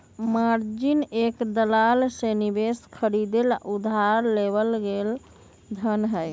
margin एक दलाल से निवेश खरीदे ला उधार लेवल गैल धन हई